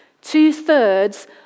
Two-thirds